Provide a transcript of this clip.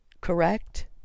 correct